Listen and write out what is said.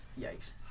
yikes